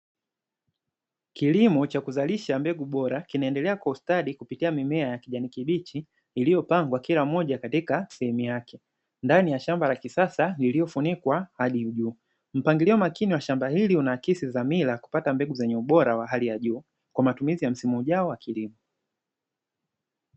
Kilimo cha kuzalishia mbegu bora, kinaendelea kwa ustadi kupitia mimea ya kijani kibichi, iliyopangwa kila mmoja katika sehemu yake, ndani ya shamba la kisasa, liliofunikwa hadi juu, mpangilio makini wa shamba hili, unaakisi dhamira ya kupata mbegu zenye ubora wa hali ya juu kwa matumizi ya msimu ujao wa kilimo.